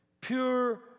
pure